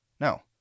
No